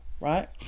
right